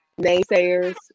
Naysayers